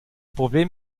problem